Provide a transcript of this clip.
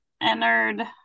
entered